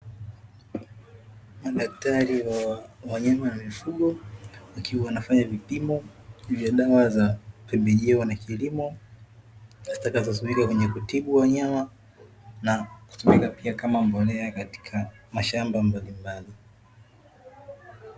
Madaktari wa wanyama na mifugo wakiwa wanafanya vipimo vya dawa za pembejeo na kilimo, zitakazo tumika kutibu wanyama na kutumika pia kama mbolea katika mashamba mbalimbali.